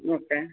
okay